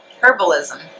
Herbalism